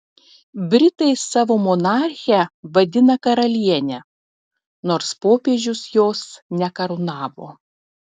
britai savo monarchę vadina karaliene nors popiežius jos nekarūnavo